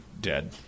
dead